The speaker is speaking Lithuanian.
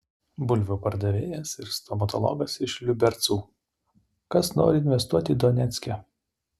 bulvių pardavėjas ir stomatologas iš liubercų kas nori investuoti donecke